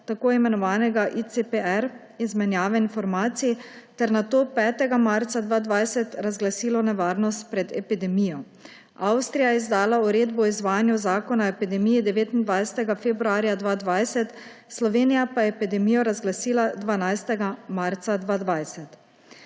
tako imenovanega ICPR, izmenjave informacij ter nato 5. marca 2020 razglasilo nevarnost pred epidemijo. Avstrija je izdala uredbo o izvajanju zakona o epidemiji 29. februarja 2020, Slovenija pa je epidemijo razglasila 12. marca 2020.